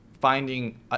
finding